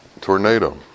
tornado